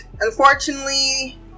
unfortunately